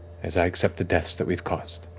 as i accept the deaths that we've caused,